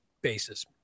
basis